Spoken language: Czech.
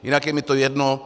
Jinak je mi to jedno.